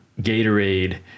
Gatorade